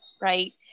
right